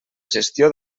gestió